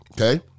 okay